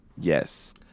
Yes